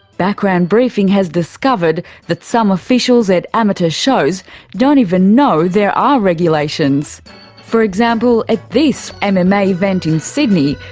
background briefinghas discovered that some officials at amateur shows don't even know there are regulations for example, at this and mma event in sydney,